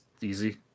easy